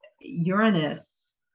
uranus